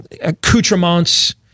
accoutrements